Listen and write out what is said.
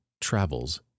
travels